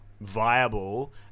viable